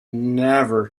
never